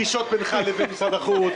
ועדת הכספים דואגת לפגישות בינך לבין משרד החוץ,